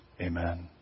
Amen